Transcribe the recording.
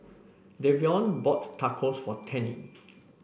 Davion bought Tacos for Tennie